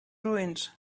ruined